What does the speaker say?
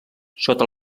sota